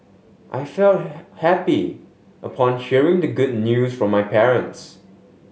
I felt happy upon hearing the good news from my parents